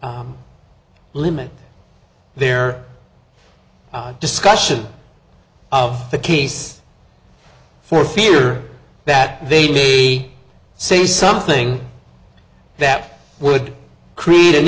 limit their discussion of the case for fear that they may say something that would create an